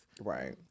Right